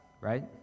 right